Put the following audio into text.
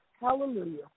Hallelujah